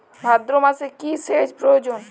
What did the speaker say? ভাদ্রমাসে কি সেচ প্রয়োজন?